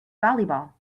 volleyball